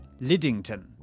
Liddington